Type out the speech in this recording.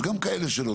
אז גם כאלה שלא.